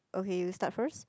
okay you start first